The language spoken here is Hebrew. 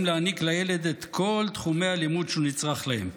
להעניק לילד את כל תחומי הלימוד שהוא נצרך להם,